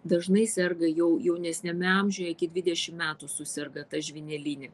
dažnai serga jau jaunesniame amžiuje iki dvidešim metų suserga ta žvyneline